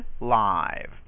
live